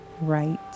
right